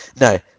No